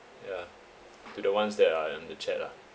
yeah to the ones that are in the chat lah